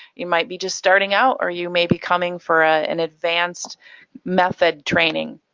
you might be just starting out or you may be coming for ah an advanced method training.